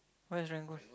where Serangoon